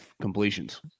completions